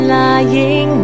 lying